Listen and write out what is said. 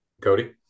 Cody